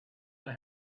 that